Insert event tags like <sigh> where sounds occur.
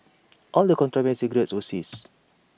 <noise> all the contraband cigarettes were seized